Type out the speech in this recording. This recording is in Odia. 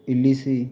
ଇଲିଶି